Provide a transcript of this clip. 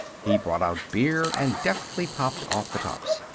he brought out beer and deftly popped off the tops.